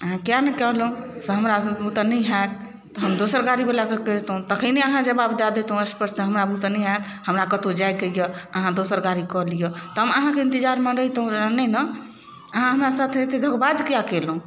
अहाँ किए नहि कहलहुॅं से हमरा सब बूते नहि होयत तऽ हम दोसर गाड़ी बलाके कहितहुॅं तखने अहाँ जवाब दऽ दैतहुॅं स्पष्ट हमरा बूते नहि होयत हमरा कतौ जायके यऽ अहाँ दोसर गाड़ी कऽ लिअ तऽ हम अहाँके इंतजारमे रहितौ नहि ने अहाँ हमरा साथे एते धोखेबाज किए केलहुॅं